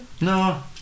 No